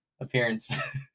appearance